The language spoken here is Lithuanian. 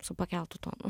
su pakeltu tonu